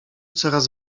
coraz